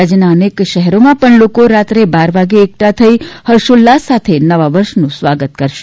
રાજ્યના અનેક શહેરોમાં પણ લોકો રાત્રે બાર વાગે એકઠા થઇ હર્ષોલ્લાસ સાથે નવા વર્ષનું સ્વાગત કરશે